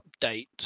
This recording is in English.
update